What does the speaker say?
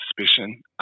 suspicion